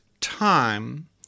time